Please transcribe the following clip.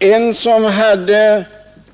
En ägare hade